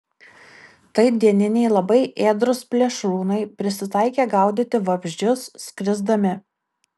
tai dieniniai labai ėdrūs plėšrūnai prisitaikę gaudyti vabzdžius skrisdami